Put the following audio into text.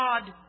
God